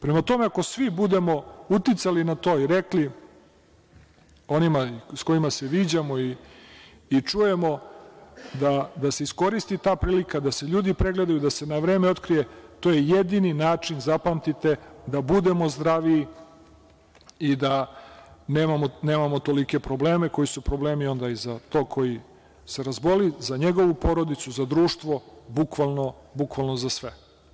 Prema tome, ako svi budemo uticali na to i rekli onima sa kojima se viđamo i čujemo da se iskoristi ta prilika, da se ljudi pregledaju, da se na vreme otkrije to je jedini način zapamtite da budemo zdraviji i da nemamo tolike probleme koji su problemi i za tog koji se razboli, za njegovu porodicu za društvo, bukvalno, bukvalno za sve.